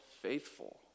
faithful